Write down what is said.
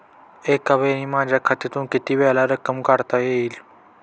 एकावेळी माझ्या खात्यातून कितीवेळा रक्कम काढता येईल?